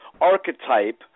archetype